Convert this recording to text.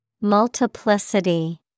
Multiplicity